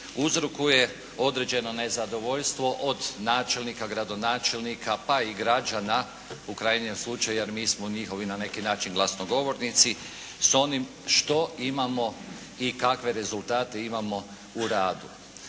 uzrokuje određeno nezadovoljstvo od načelnika, gradonačelnika, pa i građana u krajnjem slučaju jer mi smo njihovi na neki način glasnogovornici s onim što imamo i kakve rezultate imamo u radu.